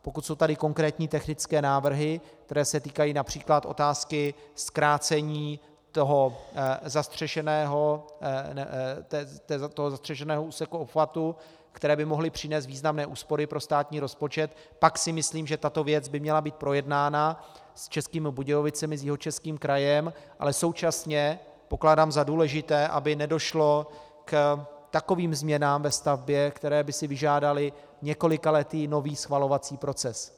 Pokud jsou tady konkrétní technické návrhy, které se týkají např. otázky zkrácení zastřešeného úseku obchvatu, které by mohly přinést významné úspory pro státní rozpočet, pak si myslím, že tato věc by měla být projednána s Českými Budějovicemi, s Jihočeským krajem, ale současně pokládám za důležité, aby nedošlo k takovým změnám ve stavbě, které by si vyžádaly několikaletý nový schvalovací proces.